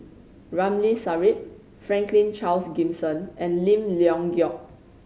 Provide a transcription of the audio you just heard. Ramli Sarip Franklin Charles Gimson and Lim Leong Geok